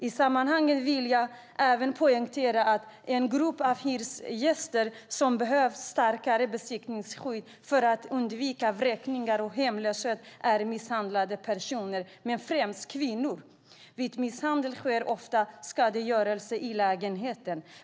I sammanhanget vill jag även poängtera att en grupp hyresgäster som behöver starkare besittningsskydd för att undvika vräkningar och hemlöshet är misshandlade personer, främst kvinnor. Vid misshandel sker ofta skadegörelse i lägenheten.